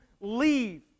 leave